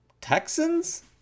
Texans